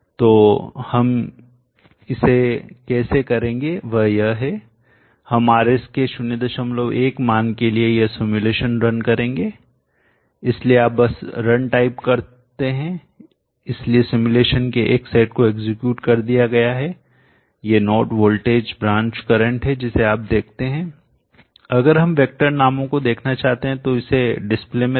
तो हम इसे कैसे करेंगे वह यह है हम RS के 01 मान के लिए यह सिमुलेशन रन करेंगे इसलिए आप बस रन टाइप करते हैं इसलिए सिमुलेशन के एक सेट को एग्जीक्यूट कर दिया गया है ये नोड वोल्टेज ब्रांच करंट है जिसे आप देखते हैं अगर हम वेक्टर नामों को देखना चाहते हैं तो इसे डिस्प्ले में रखिए